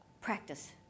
practice